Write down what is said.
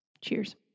Cheers